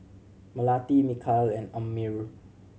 Melati Mikhail and Ammir